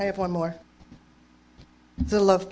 i have one more the love